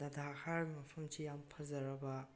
ꯂꯗꯥꯛ ꯍꯥꯏꯔꯤꯕ ꯃꯐꯝꯁꯤ ꯌꯥꯝ ꯐꯖꯔꯕ